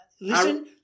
Listen